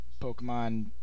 Pokemon